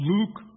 Luke